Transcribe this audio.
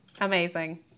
Amazing